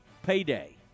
payday